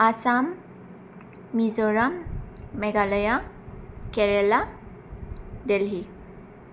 Assam Mizoram Meghalaya Kerala Delhi